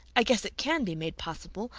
i guess it can be made possible.